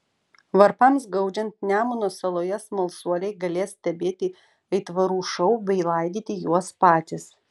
varpams gaudžiant nemuno saloje smalsuoliai galės stebėti aitvarų šou bei laidyti juos patys